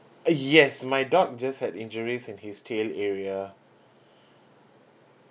uh yes my dog just had injuries in his tail area